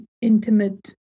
intimate